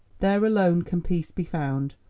there alone can peace be found,